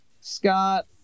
scott